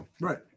right